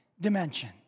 dimension